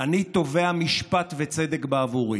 'אני תובע משפט וצדק בעבורי.